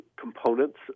components